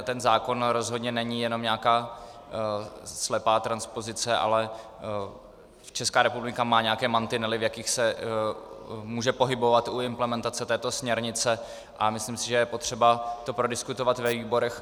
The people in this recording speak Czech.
Ten zákon rozhodně není jenom nějaká slepá transpozice, ale Česká republika má nějaké mantinely, v jakých se může pohybovat u implementace této směrnice, a myslím si, že je potřeba to prodiskutovat ve výborech.